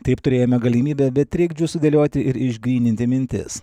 taip turėjome galimybę be trikdžių sudėlioti ir išgryninti mintis